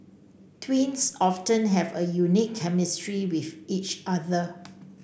twins often have a unique chemistry with each other